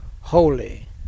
holy